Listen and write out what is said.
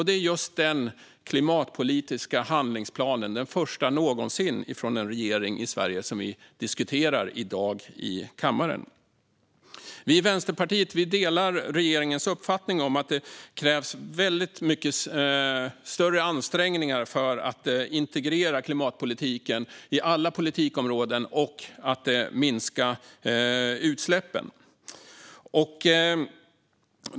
Det är just denna klimatpolitiska handlingsplan - den första någonsin från en regering i Sverige - som vi diskuterar i dag i kammaren. Vi i Vänsterpartiet delar regeringens uppfattning att det krävs väldigt mycket större ansträngningar för att integrera klimatpolitiken i alla politikområden och för att minska utsläppen.